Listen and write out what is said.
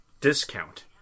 discount